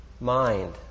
mind